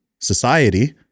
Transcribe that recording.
society